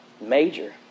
Major